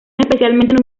especialmente